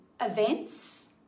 events